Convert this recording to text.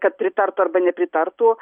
kad pritartų arba nepritartų